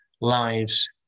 Lives